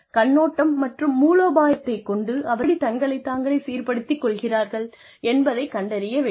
கண்ணோட்டம் மற்றும் மூலோபாயத்தை கொண்டு அவர்கள் எப்படி தங்களை தாங்களே சீர்படுத்திக் கொள்கிறார்கள் என்பதைக் கண்டறிய வேண்டும்